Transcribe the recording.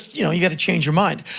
you know you gotta change your mind.